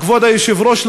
כבוד היושב-ראש,